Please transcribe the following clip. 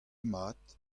mat